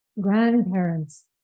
Grandparents